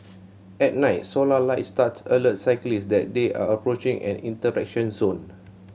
at night solar light studs alert cyclists that they are approaching an interaction zone